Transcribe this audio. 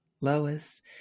Lois